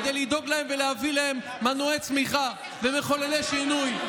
כדי לדאוג להם ולהביא להם מנועי צמיחה ומחוללי שינוי,